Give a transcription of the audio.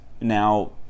now